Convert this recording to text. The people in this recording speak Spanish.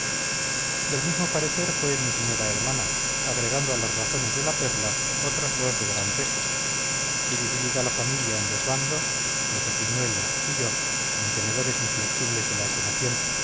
del mismo parecer fue mi señora hermana agregando a las razones de la perla otras dos de gran peso y dividida la familia en dos bandos la pequeñuela y yo mantenedores inflexibles de la acusación